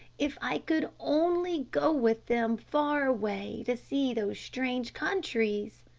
if i could only go with them far away to see those strange countries!